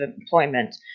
employment